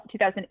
2008